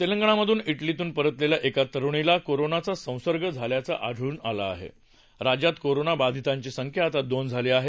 तेलंगणामधे ढिलीहन परतलेल्या एका तरुणीला कोरोनाचा संसर्ग झाल्याचं आढळलं असून राज्यात कोरोना बाधितांची संख्या आता दोन झाली आहे